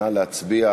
נא להצביע.